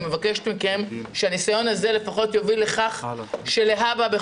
שהניסיון הזה יביא לכך שלהבא,